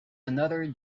another